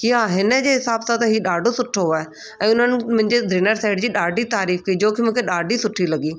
की हा हिन जे हिसाब सां त हीउ ॾाढो सुठो आहे ऐं उन्हनि मुंहिंजे डिनर सेट जी ॾाढी तारीफ़ कई जो की मूंखे ॾाढी सुठी लॻी